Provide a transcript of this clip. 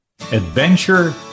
Adventure